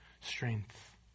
strength